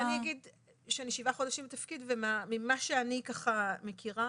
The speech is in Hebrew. אני שבעה חודשים בתפקיד, וממה שאני מכירה,